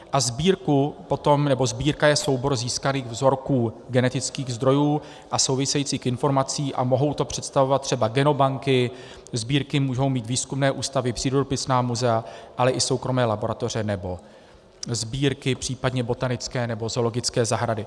A sbírka je potom soubor získaných vzorků genetických zdrojů a souvisejících informací a mohou to představovat třeba genobanky, sbírky mohou mít výzkumné ústavy, přírodopisná muzea, ale i soukromé laboratoře nebo sbírky, případně botanické nebo zoologické zahrady.